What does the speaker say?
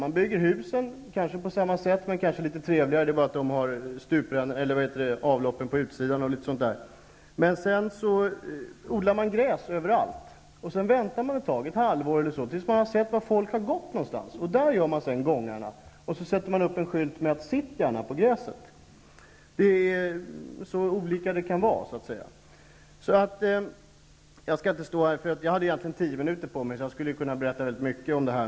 Husen byggs kanske på samma sätt, men avloppsrören är utanför husen. Gräs anläggs sedan överallt. Därefter väntar man ungefär ett halvår tills man har sett var folk går. Där anläggs sedan gångarna, och en skylt sätts upp där det står: ''Sitt gärna på gräset.'' Det här är så olika som det kan vara. Jag har egentligen tio minuter på mig, och jag skulle kunna berätta rätt mycket.